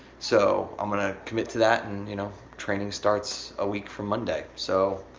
so, i'm gonna commit to that and you know training starts a week from monday. so,